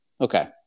Okay